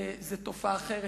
זה תופעה אחרת,